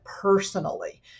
personally